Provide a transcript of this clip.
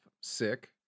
sick